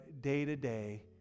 day-to-day